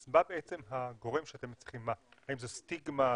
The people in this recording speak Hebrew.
אז מה בעצם הגורם שאתם --- האם זו סטיגמה,